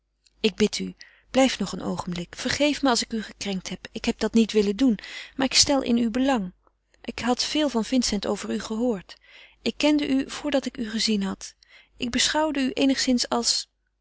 ik bid u blijf nog een oogenblik vergeef me als ik u gekrenkt heb ik heb dat niet willen doen maar ik stel in u belang ik had veel van vincent over u gehoord ik kende u voordat ik u gezien had ik beschouwde u eenigszins als